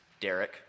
Derek